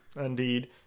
Indeed